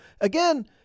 Again